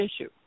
issue